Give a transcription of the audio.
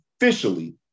officially